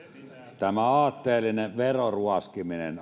oikeasti tässä aatteellisessa veroruoskimisessa